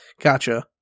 gotcha